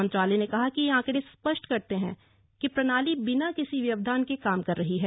मंत्रालय ने कहा कि ये आंकड़े स्पष्ट करते हैं कि प्रणाली बिना किसी व्यवधान के काम कर रही है